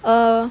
err